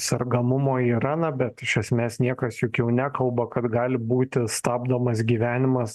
sergamumo yra na bet iš esmės niekas juk jau nekalba kad gali būti stabdomas gyvenimas